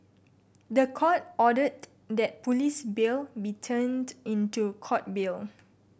the Court ordered that police bail be turned into Court bail